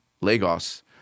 Lagos